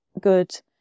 good